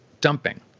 dumping